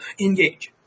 engage